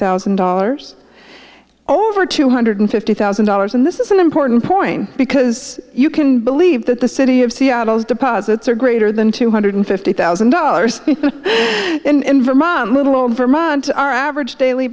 thousand dollars over two hundred fifty thousand dollars and this is an important point because you can believe that the city of seattle's deposits are greater than two hundred fifty thousand dollars and in vermont little vermont our average daily